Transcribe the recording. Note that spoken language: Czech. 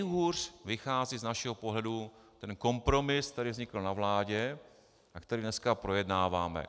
Nejhůř vychází z našeho pohledu kompromis, který vznikl na vládě a který dneska projednáváme.